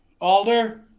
Alder